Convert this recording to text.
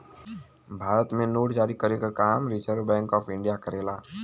भारत में नोट जारी करे क काम रिज़र्व बैंक ऑफ़ इंडिया करेला